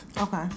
Okay